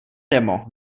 demo